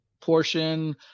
portion